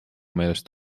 meelest